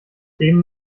dem